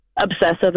obsessive